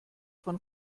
von